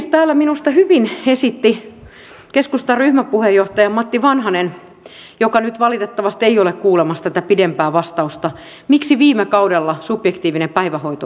minusta täällä esitti hyvin keskustan ryhmäpuheenjohtaja matti vanhanen joka nyt valitettavasti ei ole kuulemassa tätä pidempää vastausta miksi viime kaudella subjektiivinen päivähoito oikeus kaatui